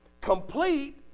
complete